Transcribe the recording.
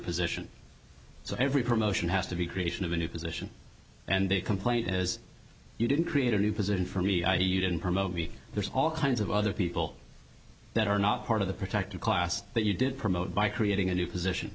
position so every promotion has to be creation of a new position and the complaint is you didn't create a new position for me i e you didn't promote the there's all kinds of other people that are not part of the protected class that you did promote by creating a new position